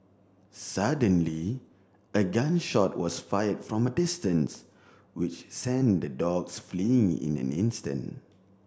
suddenly a gun shot was fire from a distance which sent the dogs fleeing in an instant